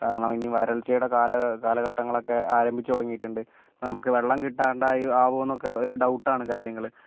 കാരണം ഇനി വരൾച്ചയുടെ കാല കാലഘട്ടങ്ങളൊക്കെ ആരംഭിച്ചു തുടങ്ങിയിട്ടുണ്ട് നമുക്ക് വെള്ളം കിട്ടാണ്ടായി ആകുമോ എന്നൊക്കെ ഒരു ഡൗട്ടാണ് കാര്യങ്ങള്